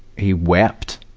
he wept,